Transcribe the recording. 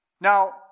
Now